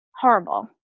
horrible